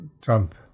Trump